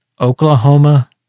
Oklahoma